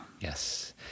Yes